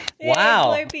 Wow